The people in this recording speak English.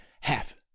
half